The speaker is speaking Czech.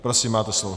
Prosím, máte slovo.